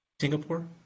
Singapore